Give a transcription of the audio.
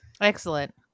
Excellent